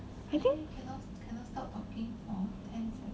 I think